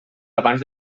abans